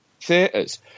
theatres